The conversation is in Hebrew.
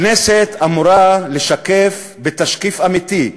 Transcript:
הכנסת אמורה לשקף בתשקיף אמיתי,